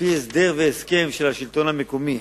על-פי הסדר והסכם של השלטון המקומי,